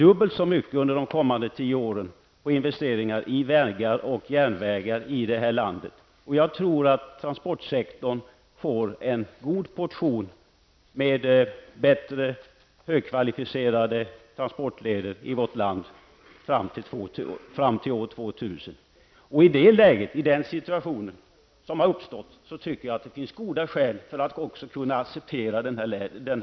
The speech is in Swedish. Under de kommande tio åren satsas dubbelt så mycket på investeringar i vägar och järnvägar i det här landet. Jag tror att transportsektorn får en god portion med bättre högkvalificerade transportleder i vårt land fram till år 2000. I den situation som har uppstått finns det goda skäl för att också kunna acceptera denna led.